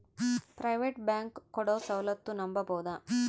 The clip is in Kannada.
ಪ್ರೈವೇಟ್ ಬ್ಯಾಂಕ್ ಕೊಡೊ ಸೌಲತ್ತು ನಂಬಬೋದ?